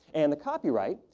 and the copyright,